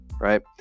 right